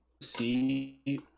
see